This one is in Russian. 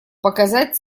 показать